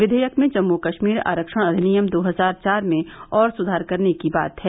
विधेयक में जम्मू कश्मीर आरक्षण अधिनियम दो हजार चार में और सुधार करने की बात है